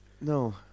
No